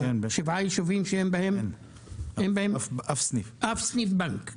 שבעה ישובים שאין בהם אף סניף בנק.